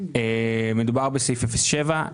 מדובר בסעיף 07,